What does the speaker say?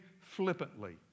flippantly